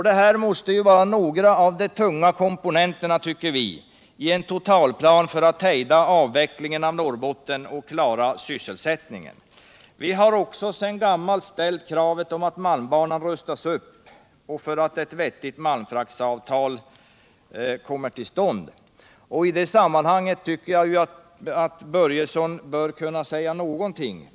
Det här måste vara några av de tunga komponenterna, tycker vi, i en totalplan för att hejda avvecklingen av Norrbotten och klara sysselsättningen. Vi har också, sedan gammalt, ställt kravet att malmbanan rustas upp och att ett vettigt malmfraktavtal kommer till stånd. I det sammanhanget bör Fritz Börjesson kunna säga någonting.